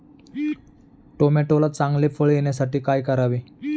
टोमॅटोला चांगले फळ येण्यासाठी काय करावे?